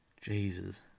Jesus